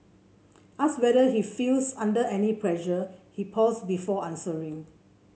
asked whether he feels under any pressure he pauses before answering